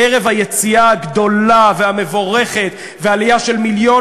ערב היציאה הגדולה והמבורכת והעלייה של מיליון